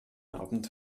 abend